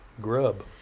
grub